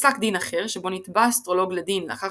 בפסק דין אחר, שבו נתבע אסטרולוג לדין לאחר